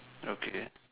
okay